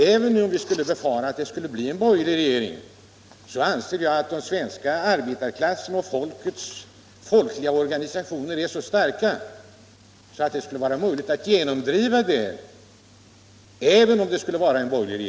Även om det skulle bli en borgerlig regering, så anser jag att den svenska arbetarklassen och de folkliga organisationerna är så starka att det skulle vara möjligt att genomdriva detta krav.